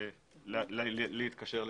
מבקשת להתקשר לפיו.